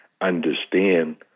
understand